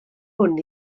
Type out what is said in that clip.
hwn